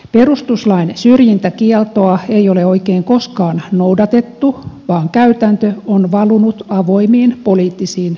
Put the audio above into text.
perustuslain syrjintäkieltoa ei ole oikein koskaan noudatettu vaan käytäntö on valunut avoimiin poliittisiin virkanimityksiin